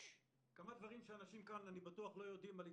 כמה דברים שאני בטוח שאנשים כאן לא יודעים על התאבדויות: